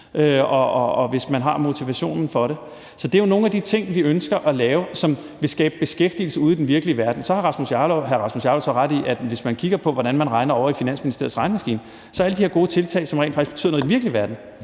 og hvis man har motivationen til det. Så det er jo nogle af de ting, vi ønsker at lave, og som vil skabe beskæftigelse ude i den virkelige verden. Så har hr. Rasmus Jarlov ret i, at hvis man kigger på, hvordan man regner ovre på Finansministeriets regnemaskine, så kan man i forhold til alle de her gode tiltag, som rent faktisk betyder noget i den virkelige verden,